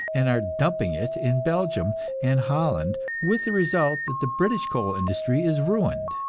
and are dumping it in belgium and holland, with the result that the british coal industry is ruined.